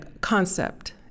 concept